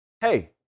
Hey